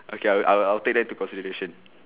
okay I'll I'll take that into consideration